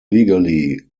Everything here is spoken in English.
legally